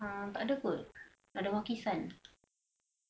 uh tak ada kut ada Maki-San